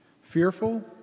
fearful